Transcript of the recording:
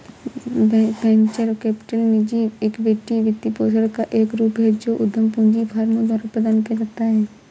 venture capital निजी equity वित्तपोषण का एक रूप है जो उद्यम पूंजी फर्मों द्वारा प्रदान किया जाता है